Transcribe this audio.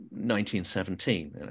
1917